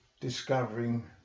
Discovering